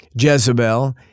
Jezebel